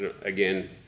Again